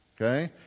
Okay